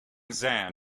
zan